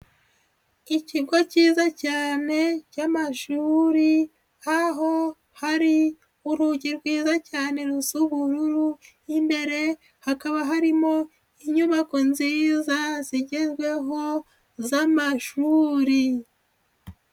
Ikigo cyiza cyane y'amashiri aho hari urugi rwiza cyane rusa ubururu, imbere hakaba harimo inyubako nziza zigezweho z'amashuri.